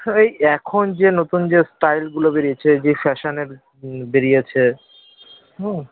হ্যাঁ এই এখন যে নতুন যে স্টাইলগুলো বেরিয়েছে যে ফ্যাশানের বেরিয়েছে